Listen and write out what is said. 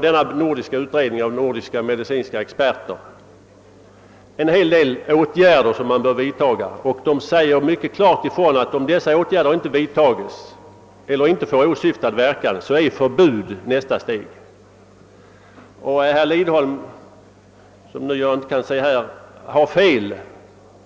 Denna utredning av nordiska medicinska experter föreslår en hel del åtgärder som bör vidtas, och de säger mycket klart ifrån att om åtgärderna inte vidtas eller inte får åsyftad verkan blir förbud nästa steg. Herr Lindholm, som jag nu inte kan se i kammaren, hade fel